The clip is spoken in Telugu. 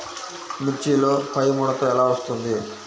మిర్చిలో పైముడత ఎలా వస్తుంది?